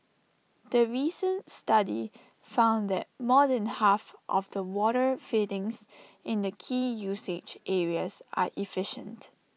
the recent study found that more than half of the water fittings in the key usage areas are efficient